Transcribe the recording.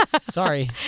Sorry